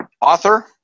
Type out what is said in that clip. author